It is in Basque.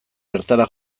bertara